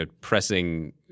pressing